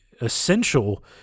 essential